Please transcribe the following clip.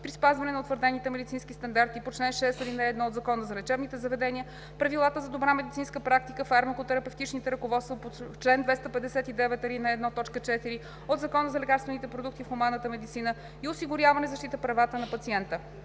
при спазване на утвърдените медицински стандарти по чл. 6, ал. 1 от Закона за лечебните заведения, правилата за добра медицинска практика, фармако-терапевтичните ръководства по чл. 259, ал. 1, т. 4 от Закона за лекарствените продукти в хуманната медицина и осигуряване защита правата на пациента.